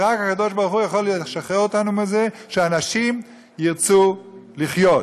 ורק הקדוש-ברוך-הוא יכול לשחרר אותנו מזה: שאנשים ירצו לחיות.